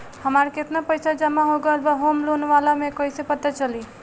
हमार केतना पईसा जमा हो गएल बा होम लोन वाला मे कइसे पता चली?